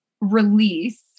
release